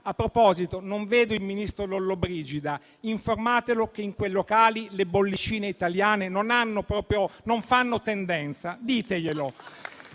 a proposito, non vedo il ministro Lollobrigida: informatelo che in quel locale le bollicine italiane non fanno tendenza - né le